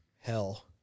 hell